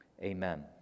Amen